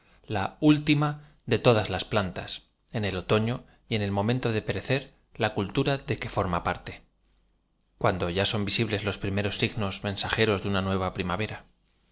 la última de todas las plantas en e l otofio y en el m o mento de perecer la cultura de que form a parte cuando y a son visibles los primeros signos mensajeros de uua nueva